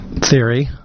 theory